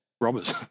Robbers